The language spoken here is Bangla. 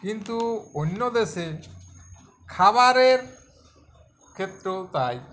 কিন্তু অন্য দেশে খাবারের ক্ষেত্রেও তাই